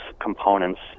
components